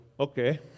Okay